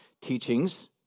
teachings